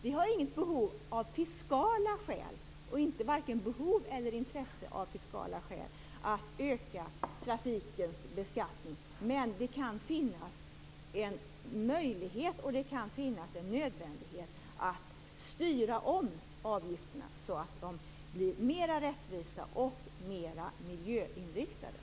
Vi har varken intresse för eller behov av att av fiskala skäl öka trafikens beskattning, men det kan finnas en möjlighet och nödvändighet att styra om avgifterna så att de blir mera rättvisa och mera miljöinriktade.